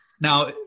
Now